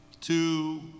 two